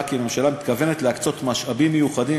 כי הממשלה מתכוונת להקצות משאבים מיוחדים,